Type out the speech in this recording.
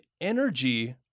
energy